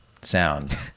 sound